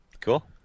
Cool